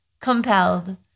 compelled